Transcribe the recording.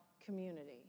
community